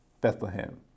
Bethlehem